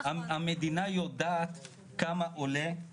אנחנו לא יודעים לנבא עתידות אבל מה שיש לנו,